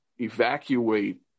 evacuate